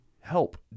help